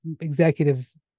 executives